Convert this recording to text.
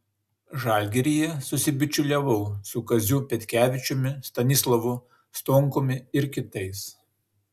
žalgiryje susibičiuliavau su kaziu petkevičiumi stanislovu stonkumi ir kitais